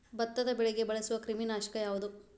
ಭತ್ತದ ಬೆಳೆಗೆ ಬಳಸುವ ಕ್ರಿಮಿ ನಾಶಕ ಯಾವುದು?